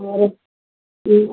எனக்கு ம்